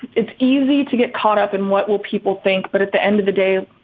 it's easy to get caught up in what will people think. but at the end of the day,